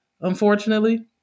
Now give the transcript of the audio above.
unfortunately